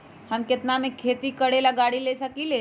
हम केतना में खेती करेला गाड़ी ले सकींले?